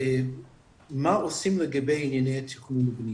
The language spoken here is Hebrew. מה עושים לגבי ענייני התכנון ובנייה.